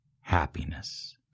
happiness